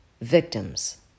victims